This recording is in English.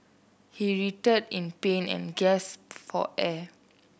he writhed in pain and gasped for air